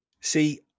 See